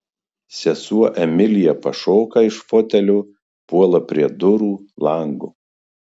sesuo emilija pašoka iš fotelio puola prie durų lango